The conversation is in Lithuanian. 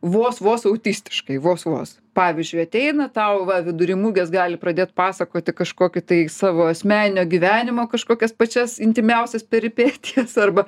vos vos autistiškais vos vos pavyzdžiui ateina tau va vidury mugės gali pradėt pasakoti kažkokį tai savo asmeninio gyvenimo kažkokias pačias intymiausias peripetijas arba